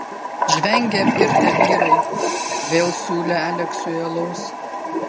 žvengė apgirtę vyrai vėl siūlė aleksiui alaus